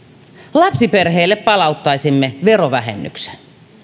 lapsiperheille palauttaisimme verovähennyksen